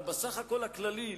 אבל בסך הכול הכללי,